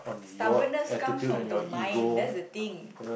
stubbornness comes from the mind that's the thing